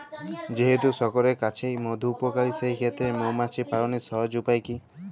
যেহেতু সকলের কাছেই মধু উপকারী সেই ক্ষেত্রে মৌমাছি পালনের সহজ উপায় কি?